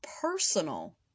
personal